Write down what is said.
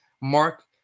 mark